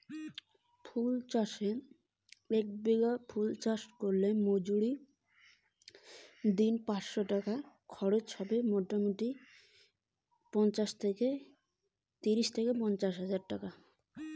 ফুল চাষে মজুরি বাবদ খরচ কত?